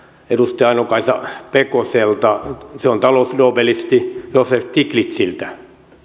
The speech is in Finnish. edustaja aino kaisa pekoselta se on talousnobelisti joseph stiglitziltä